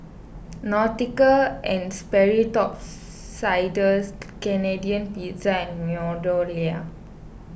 Nautica and Sperry Top Siders Canadian Pizza and MeadowLea